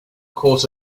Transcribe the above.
quart